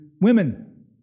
women